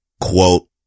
Quote